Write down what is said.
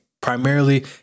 primarily